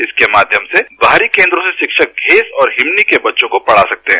इसके माध्यम से बाहरी केन्द्रों से शिक्षक घेस और हिमनी के बच्चों को पढ़ा सकते है